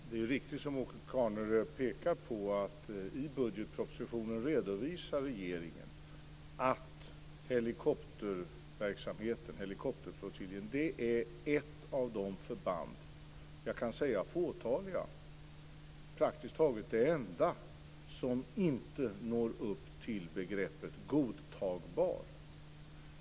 Herr talman! Det är riktigt, som Åke Carnerö pekar på, att i budgetpropositionen redovisar regeringen att helikopterflottiljen är ett av de förband, praktiskt taget det enda, som inte når upp till begreppet godtagbar.